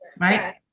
right